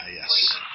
yes